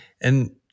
And-